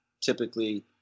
typically